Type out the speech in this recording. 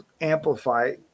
amplify